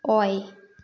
ꯑꯣꯏ